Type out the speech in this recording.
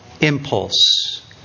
impulse